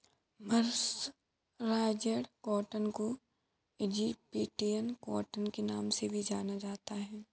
mercerised cotton को Egyptian cotton के नाम से भी जाना जाता है